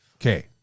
Okay